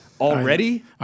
already